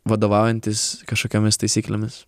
vadovaujantis kažkokiomis taisyklėmis